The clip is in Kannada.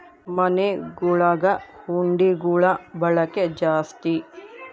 ಮನೆಗುಳಗ ಹುಂಡಿಗುಳ ಬಳಕೆ ಜಾಸ್ತಿ